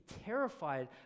terrified